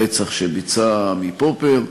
הרצח שביצע עמי פופר.